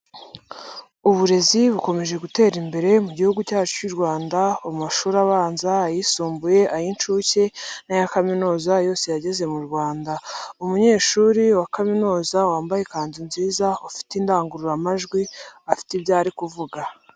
Uburezi bukomeje gutera imbere mu gihugu cyacu cy'u Rwanda, mu mashuri abanza, ayisumbuye, ay'incuke n'aya kaminuza, yose yageze mu Rwanda, umunyeshuri wa kaminuza, wambaye ikanzu nziza, ufite indangururamajwi, afite ibyo ari kuvuga.